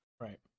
Right